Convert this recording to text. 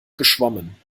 geschwommen